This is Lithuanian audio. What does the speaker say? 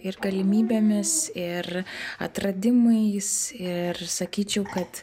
ir galimybėmis ir atradimais ir sakyčiau kad